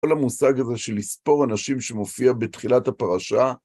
כל המושג הזה של לספור אנשים שמופיע בתחילת הפרשה.